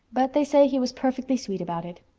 but they say he was perfectly sweet about it.